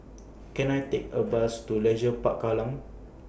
Can I Take A Bus to Leisure Park Kallang